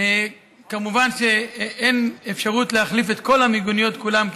מובן שאין אפשרות להחליף את כל המיגוניות כולן,